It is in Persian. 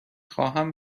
خواهم